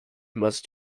must